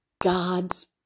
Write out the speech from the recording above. God's